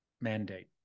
mandate